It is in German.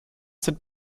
sind